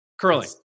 Curling